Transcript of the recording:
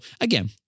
again